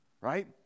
right